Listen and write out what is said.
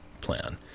plan